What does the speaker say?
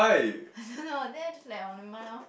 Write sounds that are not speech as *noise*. I don't know *breath* then I just like oh never mind loh